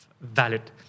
valid